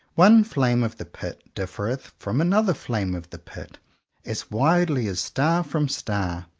one flame of the pit differeth from another flame of the pit as widely as star from star.